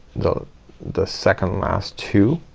the the second last two